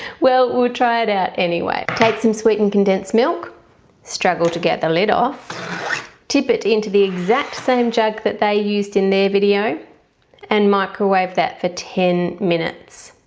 well we'll try it out anyway. take some sweetened condensed milk struggle to get the lid off tip it into the exact same jug that they used in their video and microwave that for ten minutes!